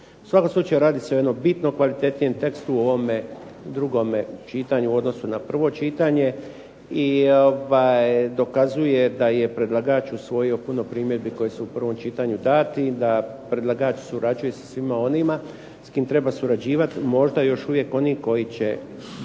svakom slučaju radi se o jednom bitno kvalitetnijem tekstu u ovome drugome čitanju u odnosu na prvo čitanje i dokazuje da je predlagač usvojio puno primjedbi koje su u prvom čitanju dati, da predlagač surađuje sa svima onima s kim treba surađivati. Možda još uvijek oni koji će biti